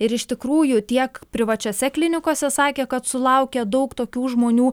ir iš tikrųjų tiek privačiose klinikose sakė kad sulaukia daug tokių žmonių